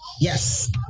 Yes